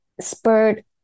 spurred